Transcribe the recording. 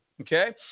Okay